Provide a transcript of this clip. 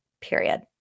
period